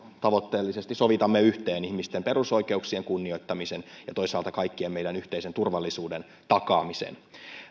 tavoitteellisesti sovitamme yhteen ihmisten perusoikeuksien kunnioittamisen ja toisaalta kaikkien meidän yhteisen turvallisuuden takaamisen